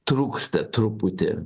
trūksta truputį